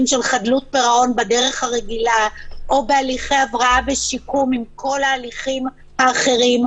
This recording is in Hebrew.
חדלות פירעון בדרך הרגילה או בהליכי הבראה ושיקום עם כל ההליכים הרגילים,